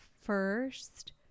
first